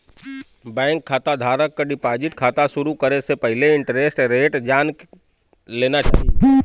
bank खाता धारक क डिपाजिट खाता शुरू करे से पहिले इंटरेस्ट रेट जान लेना चाही